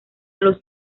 los